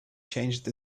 changed